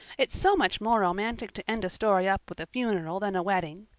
it's so much more romantic to end a story up with a funeral than a wedding.